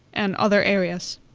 and other areas?